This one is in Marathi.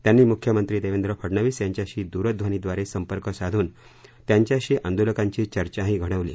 त्यांनी मुख्यमंत्री देवेंद्र फडनवीस यांच्याशी दूरध्वनीझारे संपर्क साधून त्यांच्याशी आंदोलकांची चर्चाही घडवली